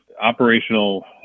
operational